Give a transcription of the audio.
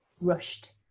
rushed